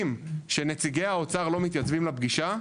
שנציגי האוצר לא מתייצבים לפגישה,